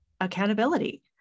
accountability